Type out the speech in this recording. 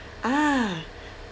ah